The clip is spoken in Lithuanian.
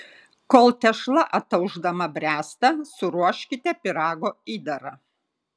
kol tešla ataušdama bręsta suruoškite pyrago įdarą